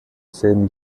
selben